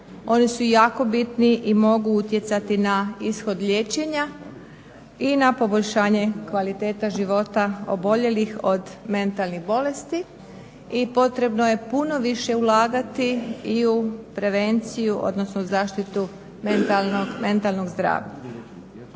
Oni su jako bitni i mogu utjecati na ishod liječenja i na poboljšanje kvaliteta života oboljelih od mentalnih bolesti. I potrebno je puno više ulagati i u prevenciju, odnosno zaštitu mentalnog zdravlja.